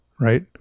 right